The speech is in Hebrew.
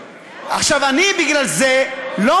עכשיו, אני בגלל זה או.